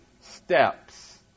steps